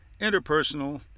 interpersonal